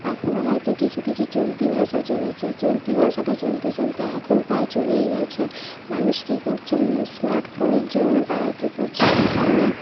তার পরে হয়তো কিছু কিছু চলতি ভাষা চলেছে চলতি ভাষাটা চলতে চলতে এখন প্রায় চলেই গিয়েছে মানুষ কী করছে স্মার্টফোনের জন্য তারা কী করছে ইন্টারনেট